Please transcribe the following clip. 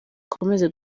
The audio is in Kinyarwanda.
ukomeze